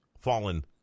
fallen